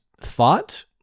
thought